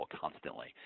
constantly